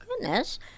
goodness